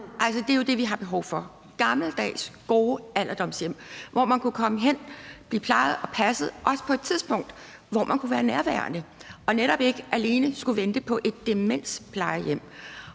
det er jo det, vi har behov for: gammeldags gode alderdomshjem, hvor man kunne komme hen og blive plejet og passet, også på et tidspunkt, hvor man kunne være nærværende, og netop ikke alene skulle vente på et demensplejehjem.